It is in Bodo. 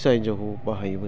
फिसा हिन्जावखौ बाहायोमोन